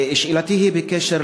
שאלתי היא בקשר